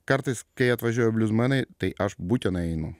kartais kai atvažiuoja bliuzmenai tai aš būtinai einu